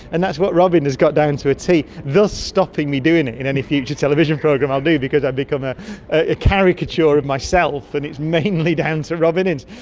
and that's what robin has got down to a t, thus stopping me doing it in any future television program i'll do because i'll become a ah caricature of myself, and it is mainly down to robin ince.